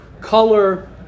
color